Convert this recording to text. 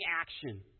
action